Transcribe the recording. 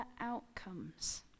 outcomes